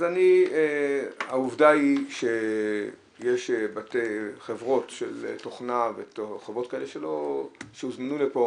אז העובדה היא שיש חברות של תוכנה וחברות כאלה שהוזמנו לפה